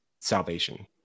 salvation